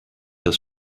das